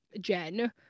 Jen